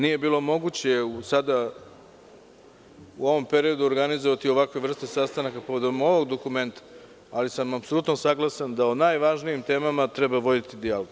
Nije bilo moguće sada, u ovom periodu organizovati ovakve vrste sastanaka povodom ovog dokumenta, ali sam apsolutno saglasan da o najvažnijim temama treba voditi dijalog.